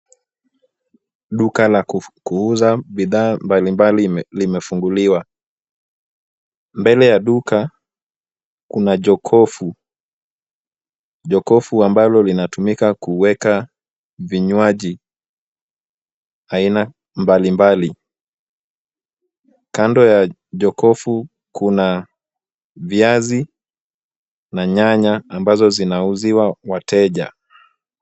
Duka la kuuza bidhaa mbalimbali limefunguliwa. Mbele ya duka kuna jokofu, jokofu ambalo linatumika kuweka vinywaji aina mbalimbali. Kando ya jokofu kuna viazi na nyanya ambazo zinauziwa wateja.